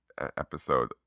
episode